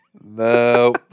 No